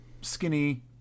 skinny